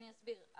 אני אסביר.